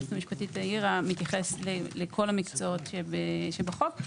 שהיועצת המשפטית העירה מתייחס לכל המקצועות שבחוק.